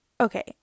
okay